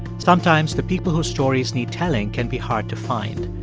sometimes, the people whose stories need telling can be hard to find.